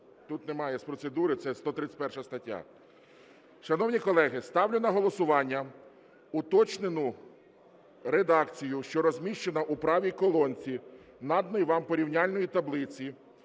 Тут немає з процедури, це 131 стаття. Шановні колеги, ставлю на голосування уточнену редакцію, що розміщена у правій колонці наданої вам порівняльної таблиці